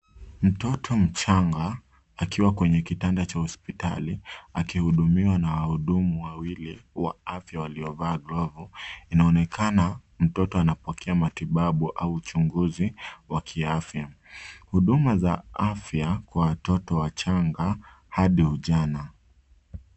Mtoto mchanga akiwa kwenye kitanda cha hospitali akihudumiwa na wahudumu wawili wa afya waliovaa glovu. Inaonekana mtoto anapokea matibabu au uchunguzi wa kiafya. Huduma za afya kwa watoto wachanga hadi ujana.